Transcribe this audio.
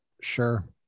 Sure